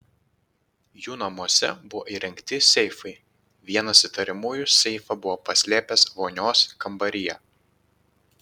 jų namuose buvo įrengti seifai vienas įtariamųjų seifą buvo paslėpęs vonios kambaryje